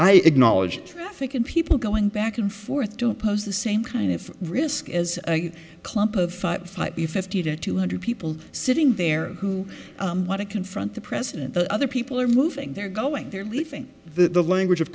i acknowledge traffic in people going back and forth to pose the same kind of risk as a clump of the fifty to two hundred people sitting there who want to confront the president but other people are moving they're going they're leaving the language of